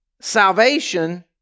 salvation